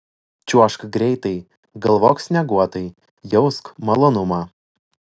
čiuožk greitai galvok snieguotai jausk malonumą